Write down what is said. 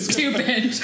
Stupid